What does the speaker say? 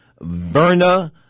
Verna